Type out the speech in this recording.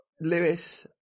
Lewis